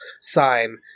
sign